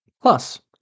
Plus